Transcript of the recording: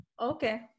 Okay